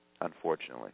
unfortunately